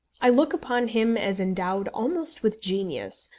i look upon him as endowed almost with genius,